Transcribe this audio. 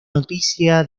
noticia